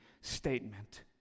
statement